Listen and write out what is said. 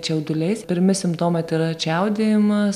čiauduliais pirmi simptomai tai yra čiaudėjimas